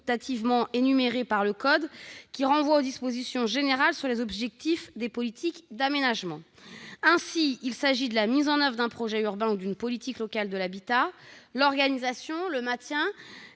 énumérés par le code de l'urbanisme, qui renvoie aux dispositions générales sur les objectifs des politiques d'aménagement. Parmi ces motifs, on compte la mise en oeuvre d'un projet urbain ou d'une politique locale de l'habitat, l'organisation, le maintien,